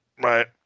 Right